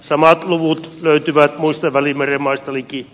samat luvut löytyvät muista välimeren maista liki